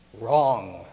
wrong